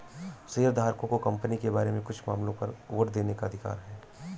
शेयरधारकों को कंपनी के बारे में कुछ मामलों पर वोट देने का अधिकार है